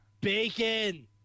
bacon